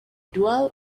dual